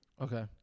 okay